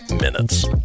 minutes